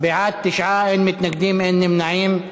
בעד, 9, אין מתנגדים ואין נמנעים.